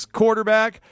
quarterback